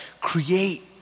create